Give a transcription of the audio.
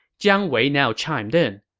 jiang wei now chimed in.